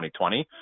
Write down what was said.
2020